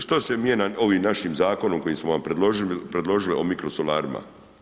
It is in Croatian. Što se mijenja ovim našim zakonom koji smo vam predložili o mikrosolarima?